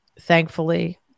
thankfully